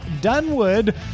Dunwood